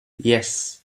yes